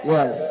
Yes